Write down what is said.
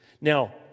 Now